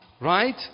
Right